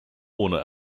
ohne